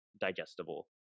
digestible